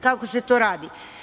Kako se to radi?